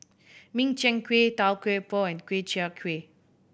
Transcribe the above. Min Chiang Kueh Tau Kwa Pau and Ku Chai Kueh